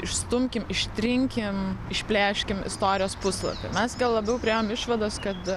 išstumkim ištrinkim išplėškim istorijos puslapį mes gal labiau priėjom išvados kad